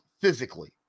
physically